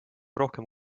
rohkem